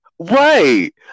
Right